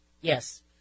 Yes